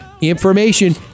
information